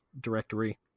directory